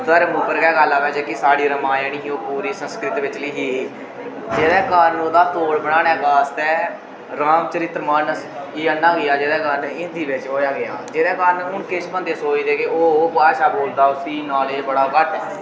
धर्म उप्पर गै गल्ल आवै जेह्की साढ़ी रामयण ही ओह् पूरी संस्कृत बिच्च लिखी दी ही जेह्दे कारण ओह्दा तोड़ बनाने वास्तै रामचरितमानस गी आह्नेआ गेआ जेह्दे कारण हिंदी बिच्च होएया गेआ जेह्दे कारण हून किश बंदे सोचदे कि ओह् भाशा बोलदा उसी नालेज बड़ा घट्ट ऐ